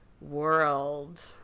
world